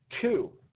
Two